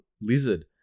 Lizard